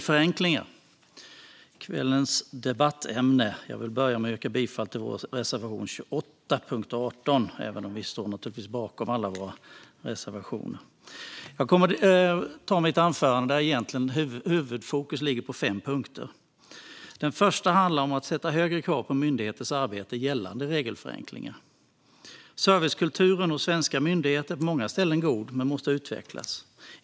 Fru talman! Kvällens debattämne är regelförenklingar. Jag vill börja med att yrka bifall endast till vår reservation 28, under punkt 18, även om vi naturligtvis står bakom alla våra reservationer. Huvudfokus i mitt anförande är fem punkter. Den första handlar om att ställa högre krav på myndigheters arbete gällande regelförenklingar. Servicekulturen hos svenska myndigheter är på många ställen god men måste utvecklas.